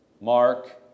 Mark